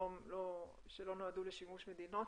שלא נועדו לשימוש מדינות,